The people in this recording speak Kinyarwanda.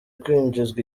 kwinjizwa